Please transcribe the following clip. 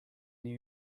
new